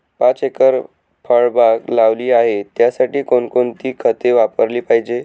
पाच एकर फळबाग लावली आहे, त्यासाठी कोणकोणती खते वापरली पाहिजे?